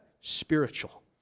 Spiritual